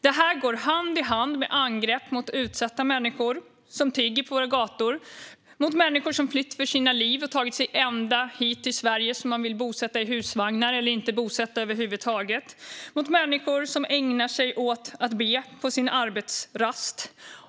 Det går hand i hand med angrepp mot utsatta människor som tigger på våra gator, mot människor som flytt för sina liv och tagit sig ända hit till Sverige, som man vill bosätta i husvagnar eller inte bosätta över huvud taget, och mot människor som ägnar sig åt att be på sin arbetsrast.